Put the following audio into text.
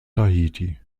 tahiti